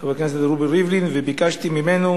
לחבר הכנסת רובי ריבלין, וביקשתי ממנו